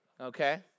okay